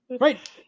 Right